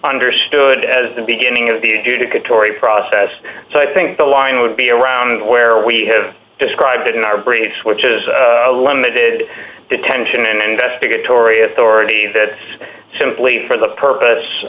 understood as the beginning of the adjudicatory process so i think the line would be around where we have described it in our brains which is a limited detention an investigatory authority that simply for the purpose